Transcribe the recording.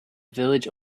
village